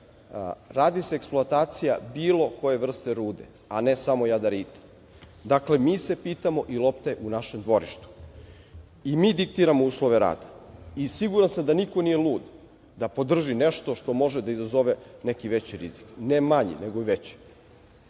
radi se eksploatacija bilo koje vrste rude, a ne samo jadarita. Dakle, mi se pitamo i lopta je u našem dvorištu. Mi diktiramo uslove rada. Siguran sam da niko nije lud da podrži nešto što može da izazove neki veći rizik, ne manji, nego